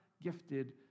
gifted